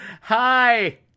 hi